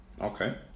okay